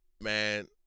Man